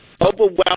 overwhelmed